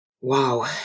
Wow